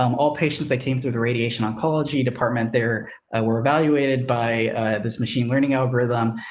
um all patients that came through the radiation oncology department, there were evaluated by this machine learning algorithm.